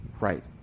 right